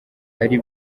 ari